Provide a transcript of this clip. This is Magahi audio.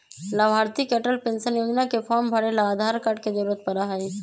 लाभार्थी के अटल पेन्शन योजना के फार्म भरे ला आधार कार्ड के जरूरत पड़ा हई